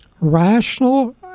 rational